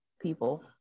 people